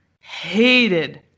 hated